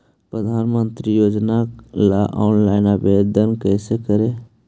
प्रधानमंत्री योजना ला ऑनलाइन आवेदन कैसे करे?